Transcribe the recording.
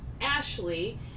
Ashley